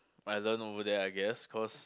I learnt over there I guess cause